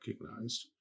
recognized